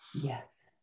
Yes